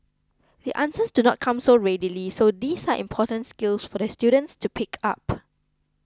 the answers do not come so readily so these are important skills for the students to pick up